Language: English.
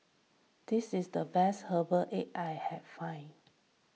this is the best Herbal Egg I have find